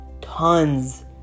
tons